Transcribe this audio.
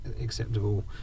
acceptable